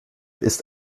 ist